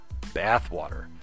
bathwater